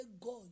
God